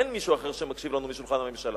אין מישהו אחר שמקשיב לנו בשולחן הממשלה,